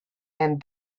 and